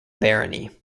barony